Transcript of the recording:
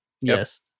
yes